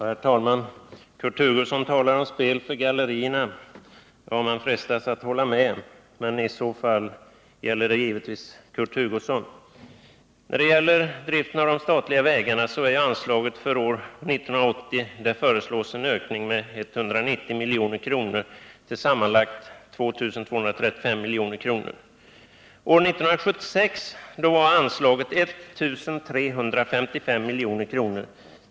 Herr talman! Kurt Hugosson talar om ett spel för gallerierna. Man frestas hålla med honom, men i så fall gäller det givetvis Kurt Hugosson. Beträffande driften av de statliga vägarna föreslås en ökning av anslaget för 1980 med 190 milj.kr. till sammanlagt 2 235 milj.kr. 1976 var anslaget 1 355 milj.kr.